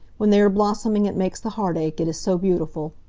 when they are blossoming it makes the heart ache, it is so beautiful.